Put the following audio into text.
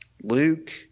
Luke